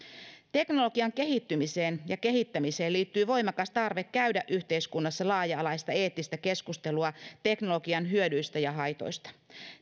teknologian kehittymiseen ja kehittämiseen liittyy voimakas tarve käydä yhteiskunnassa laaja alaista eettistä keskustelua teknologian hyödyistä ja haitoista